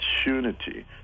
opportunity